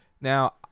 Now